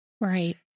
Right